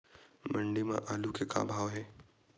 मंडी म आलू के का भाव हे?